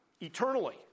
eternally